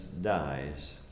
dies